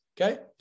Okay